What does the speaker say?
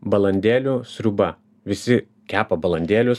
balandėlių sriuba visi kepa balandėlius